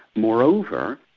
moreover,